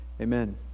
amen